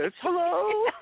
Hello